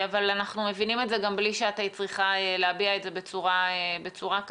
אנחנו מבינים את זה גם בלי שהיית צריכה להביע בצורה כזאת.